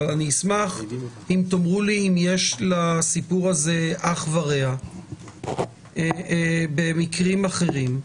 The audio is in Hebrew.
אבל אני אשמח אם תאמרו לי אם יש לסיפור הזה אח ורע במקרים אחרים.